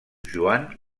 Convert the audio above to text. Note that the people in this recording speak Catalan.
joan